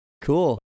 Cool